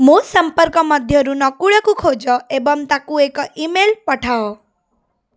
ମୋ ସମ୍ପର୍କ ମଧ୍ୟରୁ ନକୁଳକୁ ଖୋଜ ଏବଂ ତାଙ୍କୁ ଏକ ଇମେଲ୍ ପଠାଅ